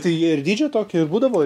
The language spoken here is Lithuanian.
tai jie ir dydžio tokio ir būdavo